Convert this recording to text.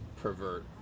pervert